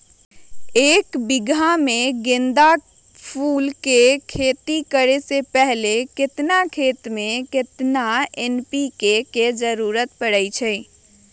एक बीघा में गेंदा फूल के खेती करे से पहले केतना खेत में केतना एन.पी.के के जरूरत परी?